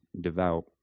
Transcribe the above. devout